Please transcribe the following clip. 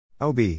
OB